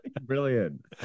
Brilliant